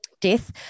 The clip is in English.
death